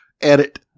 Edit